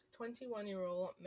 21-year-old